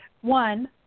one